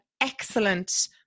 excellent